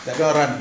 you are right